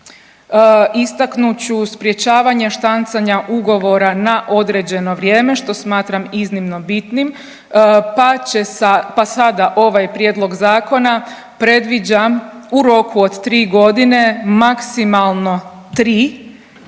istaknut ću sprječavanje štancanja ugovora na određeno vrijeme, što smatram iznimno bitnim pa će sa, pa sada ovaj Prijedlog zakona predviđa u roku od 3 godine maksimalno 3 ugovora